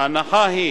ההנחה היא